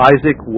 Isaac